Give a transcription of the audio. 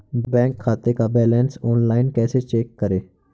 Bank खाते का balance online कैसे चेक करें?